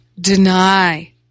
deny